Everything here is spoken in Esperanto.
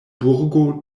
burgo